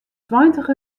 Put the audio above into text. tweintich